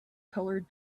colored